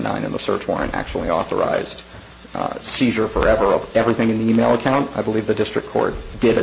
know in the search warrant actually authorized seizure forever of everything in the e mail account i believe the district court did a